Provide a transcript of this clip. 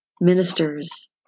Ministers